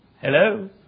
Hello